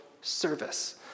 service